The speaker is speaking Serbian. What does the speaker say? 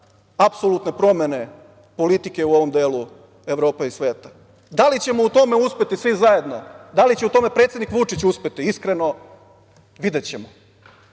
apsolutne promene politike u ovom delu Evrope i sveta. Da li ćemo u tome uspeti svi zajedno, da li će u tome predsednik Vučić uspeti, iskreno, videćemo.